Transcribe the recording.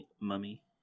mummy